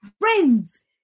Friends